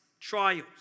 Trials